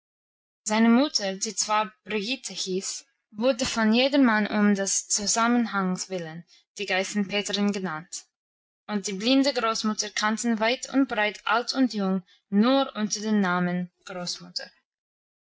seine mutter die zwar brigitte hieß wurde von jedermann um des zusammenhangs willen die geißenpeterin genannt und die blinde großmutter kannten weit und breit alt und jung nur unter dem namen großmutter